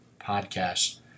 podcasts